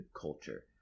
culture